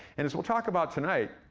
and as we'll talk about tonight,